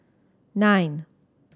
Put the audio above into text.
nine